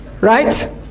Right